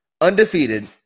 undefeated